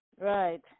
Right